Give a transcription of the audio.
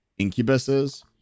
incubuses